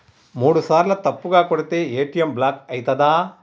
మూడుసార్ల తప్పుగా కొడితే ఏ.టి.ఎమ్ బ్లాక్ ఐతదా?